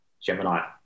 gemini